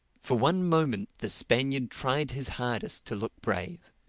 for one moment the spaniard tried his hardest to look brave.